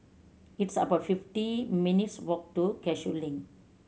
it's about fifty minutes' walk to Cashew Link